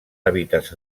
hàbitats